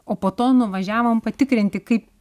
o po to nuvažiavom patikrinti kaip